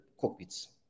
cockpits